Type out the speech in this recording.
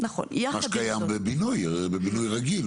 מה שקיים בבינוי רגיל,